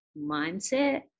mindset